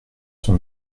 sont